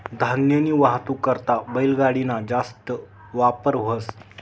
धान्यनी वाहतूक करता बैलगाडी ना जास्त वापर व्हस